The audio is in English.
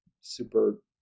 super